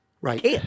Right